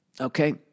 okay